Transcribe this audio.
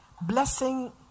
blessing